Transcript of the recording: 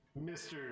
Mr